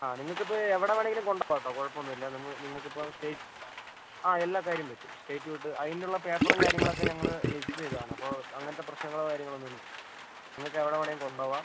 ആ നിങ്ങൾക്ക് ഇപ്പം എവിടെ വേണമെങ്കിലും കൊണ്ടുപോകാം കേട്ടോ കുഴപ്പം ഒന്നും ഇല്ല നിങ്ങൾ നിങ്ങൾക്ക് ഇപ്പം സ്റ്റേറ്റ് ആ എല്ലാ കാര്യം പറ്റും സ്റ്റേറ്റ് വിട്ട് അതിനുള്ള പേപ്പറും കാര്യങ്ങളൊക്കെ ഞങ്ങൾ രജിസ്റ്റർ ചെയ്തതാണ് അപ്പോൾ അങ്ങനത്ത പ്രശ്നങ്ങളോ കാര്യങ്ങളോ ഒന്നും ഇല്ല നിങ്ങൾക്ക് എവിടെ വേണമെങ്കിലും കൊണ്ടുപോകാം